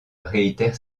réitère